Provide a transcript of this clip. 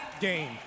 game